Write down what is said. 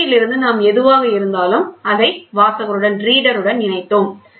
பெருக்கியிலிருந்து நாம் எதுவாக இருந்தாலும் அதை வாசகருடன் இணைத்தோம்